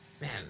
Man